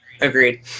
agreed